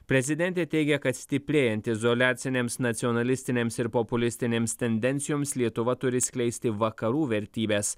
prezidentė teigia kad stiprėjant izoliacinėms nacionalistinėms ir populistinėms tendencijoms lietuva turi skleisti vakarų vertybes